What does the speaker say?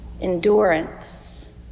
endurance